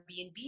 Airbnb